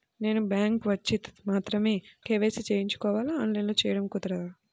నేను బ్యాంక్ వచ్చి మాత్రమే కే.వై.సి చేయించుకోవాలా? ఆన్లైన్లో చేయటం కుదరదా?